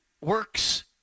works